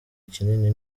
kinini